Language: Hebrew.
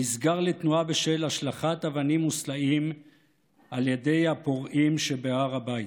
נסגר לתנועה בשל השלכת אבנים וסלעים על ידי הפורעים שבהר הבית,